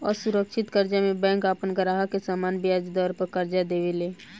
असुरक्षित कर्जा में बैंक आपन ग्राहक के सामान्य ब्याज दर पर कर्जा देवे ले